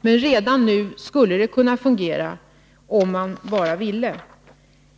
Men redan nu skulle detta kunna fungera, om man bara ville.